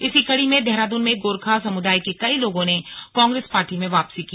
इसी कड़ी में देहरादून में गोरखा समुदाय के कई लोगों ने कांग्रेस पार्टी में वापसी की